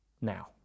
now